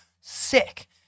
sick